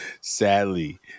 sadly